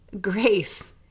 Grace